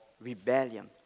rebellion